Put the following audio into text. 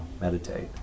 meditate